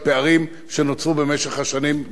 במשך השנים במשרד המדע והטכנולוגיה.